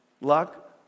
luck